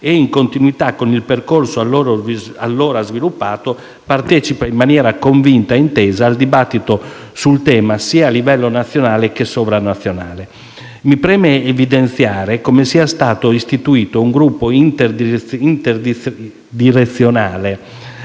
e, in continuità con il percorso allora sviluppato, partecipa in maniera convinta ed intensa al dibattito sul tema a livello sia nazionale, che sovranazionale. Mi preme evidenziare come sia stato istituito un gruppo interdirezionale